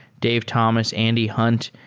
dave thomas, andy hunt.